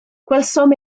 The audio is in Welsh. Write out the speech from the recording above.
gwelsom